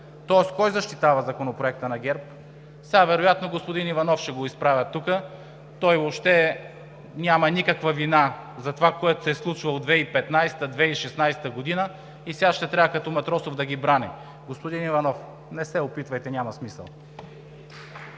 Тоест кой защитава Законопроекта на ГЕРБ? Сега вероятно господин Иванов ще го изправят тук, той въобще няма никаква вина за това, което се е случвало 2015 – 2016 г. и сега ще трябва като Матросов да ги брани. Господин Иванов, не се опитвайте, няма смисъл.